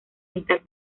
mitad